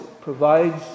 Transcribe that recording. provides